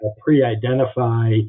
pre-identify